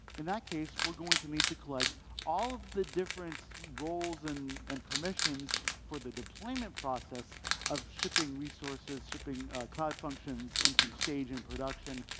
in that case, we're going to need to collect all of the different roles and and permissions for the deployment process of shipping resources, shipping cloud functions into stage and production,